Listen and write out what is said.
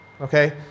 Okay